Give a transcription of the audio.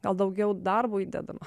gal daugiau darbo įdedama